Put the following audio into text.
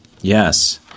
Yes